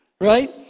right